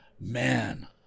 man